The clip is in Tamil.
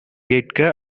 கேட்க